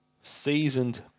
seasoned